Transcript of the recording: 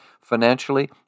financially